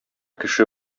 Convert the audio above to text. кеше